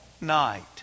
night